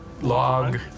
log